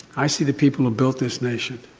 i see the people who built this nation.